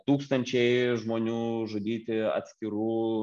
tūkstančiai žmonių žudyti atskirų